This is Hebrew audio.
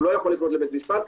הוא לא יכול לפנות לבית משפט,